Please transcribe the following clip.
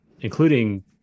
Including